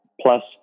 plus